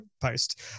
post